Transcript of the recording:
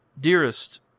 Dearest